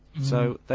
so,